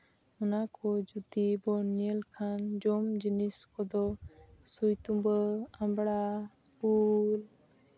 ᱚᱱᱟ ᱠᱚ ᱡᱩᱫᱤ ᱵᱚᱱ ᱧᱮᱞ ᱠᱷᱟᱱ ᱡᱚᱢ ᱡᱤᱱᱤᱥ ᱠᱚᱫᱚ ᱥᱩᱭᱛᱩᱵᱟᱹ ᱟᱢᱵᱲᱟ ᱩᱞ